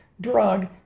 drug